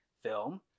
film